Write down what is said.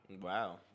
Wow